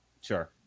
sure